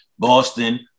Boston